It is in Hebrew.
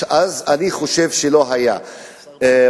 אז אני חושב שלא היה מחסור.